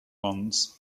ones